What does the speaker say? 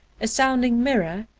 a sounding mirror,